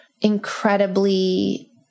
incredibly